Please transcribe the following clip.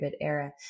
era